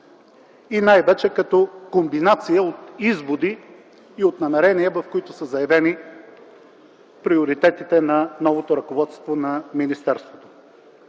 и най-вече като комбинация от изводи и от намерения, в които са заявени приоритетите на новото ръководство на министерството.